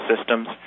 systems